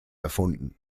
erfunden